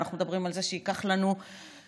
ואנחנו מדברים על זה שייקח לנו עשור,